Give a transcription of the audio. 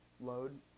load